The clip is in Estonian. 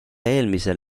eelmisel